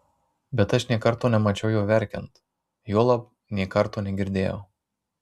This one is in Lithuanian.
bet aš nė karto nemačiau jo verkiant juolab nė karto negirdėjau